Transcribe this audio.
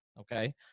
Okay